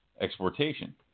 exportation